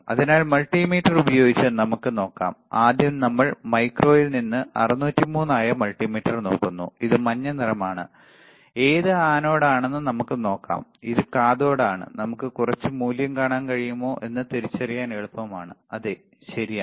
അതിനാൽ മൾട്ടിമീറ്റർ ഉപയോഗിച്ച് നമുക്ക് നോക്കാം ആദ്യം നമ്മൾ മൈക്രോയിൽ നിന്ന് 603 ആയ മൾട്ടിമീറ്ററിലേക്ക് നോക്കുന്നു ഇത് മഞ്ഞ നിറമാണ് ഏത് ആനോഡ് ആണെന്ന് നമുക്ക് നോക്കാം ഇത് കാഥോഡ് ആണ് നമുക്ക് കുറച്ച് മൂല്യം കാണാൻ കഴിയുമോ എന്ന് തിരിച്ചറിയാൻ എളുപ്പമാണ് അതെ ശെരിയാണ്